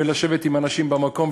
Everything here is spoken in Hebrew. לשבת עם אנשים במקום,